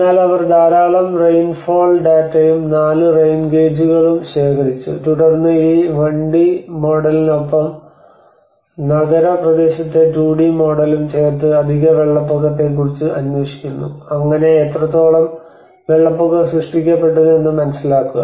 എന്നാൽ അവർ ധാരാളം റെയിൻ ഫോൾ ഡാറ്റയും 4 റെയിൻ ഗേജുകളും ശേഖരിച്ചു തുടർന്ന് ഈ 1 ഡി മോഡലിനൊപ്പം നഗര പ്രദേശത്തെ 2 ഡി മോഡലും ചേർത്ത് അധിക വെള്ളപ്പൊക്കത്തെക്കുറിച്ച് അന്വേഷിക്കുന്നു അങ്ങനെ എത്രത്തോളം വെള്ളപ്പൊക്കം സൃഷ്ടിക്കപ്പെട്ടത് എന്നു മനസ്സിലാക്കുക